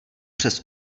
přes